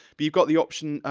but you've got the option,